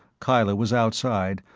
kyla was outside,